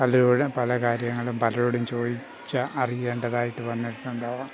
പലരോടും പല കാര്യങ്ങളും പലരോടും ചോദിച്ച് അറിയേണ്ടതായിട്ട് വന്നിട്ടുണ്ടാവാം